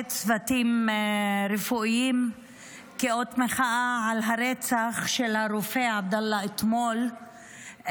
צוותים רפואיים לאות מחאה על הרצח של הרופא עבדאללה אתמול,